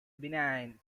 benign